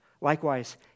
Likewise